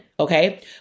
Okay